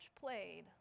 played